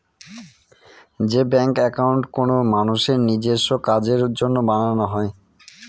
যে bank account কোনো মানুষের নিজেস্ব কাজের জন্য বানানো হয়